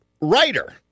writer